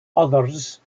others